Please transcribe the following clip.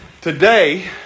Today